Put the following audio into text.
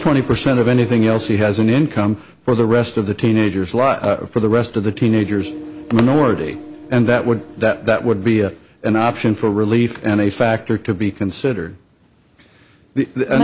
twenty percent of anything else he has an income for the rest of the teenager's life for the rest of the teenagers minority and that would that would be an option for relief and a factor to be considered